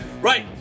Right